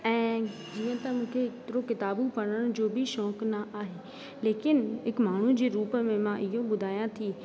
ऐं जीअं त मूंखे हेतिरो किताबूं पढ़ण जो बि शौक न आहे लेकिन हिकु माण्हू जी रूप में मां इहो ॿुधायां थी